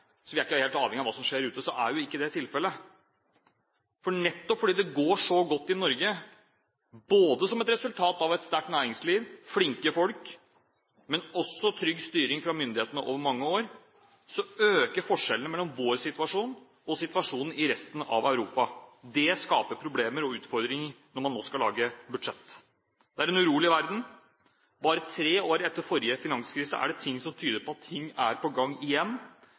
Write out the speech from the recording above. så er vi ikke helt avhengig av det som skjer ute, så er jo ikke det tilfellet. Nettopp fordi det går så godt i Norge, både som et resultat av et sterkt næringsliv og flinke folk og også trygg styring fra myndighetene over mange år, så øker forskjellene mellom vår situasjon og situasjonen i resten av Europa. Det skaper problemer og utfordringer når man nå skal lage budsjett. Det er en urolig verden, og bare tre år etter forrige finanskrise er det ting som tyder på at ting er på gang igjen.